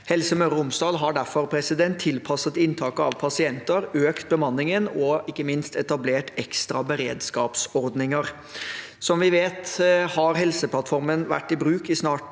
Helse Møre og Romsdal har derfor tilpasset inntaket av pasienter, økt bemanningen og ikke minst etablert ekstra beredskapsordninger. Som vi vet, har Helseplattformen vært i bruk i snart